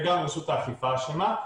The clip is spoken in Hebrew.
וגם ראשות האכיפה אשמה.